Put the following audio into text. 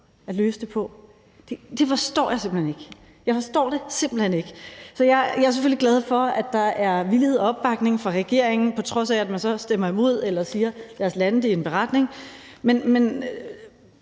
at løse det på. Det forstår jeg simpelt hen ikke, jeg forstår det simpelt hen ikke. Jeg er selvfølgelig glad for, at der er villighed og opbakning fra regeringens side, på trods af at man så stemmer imod eller siger: Lad os lande det i en beretning. Det